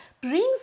brings